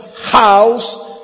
house